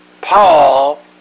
Paul